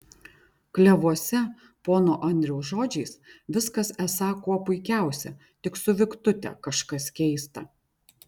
klevuose pono andriaus žodžiais viskas esą kuo puikiausia tik su viktute kažkas keista